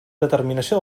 determinació